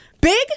Big